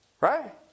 Right